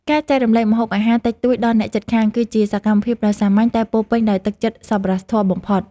ការចែករំលែកម្ហូបអាហារតិចតួចដល់អ្នកជិតខាង គឺជាសកម្មភាពដ៏សាមញ្ញតែពោរពេញដោយទឹកចិត្តសប្បុរសធម៌បំផុត។